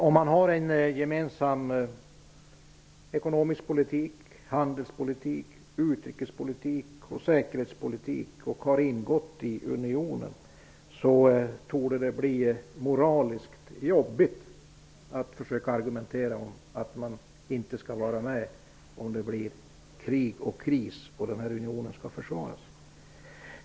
Om man har en gemensam ekonomisk politik, handelspolitik, utrikespolitik och säkerhetspolitik och om man har ingått i unionen, torde det bli moraliskt svårt att argumentera för att inte vara med om det uppstår krig eller kriser och unionen skall försvaras.